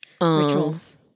rituals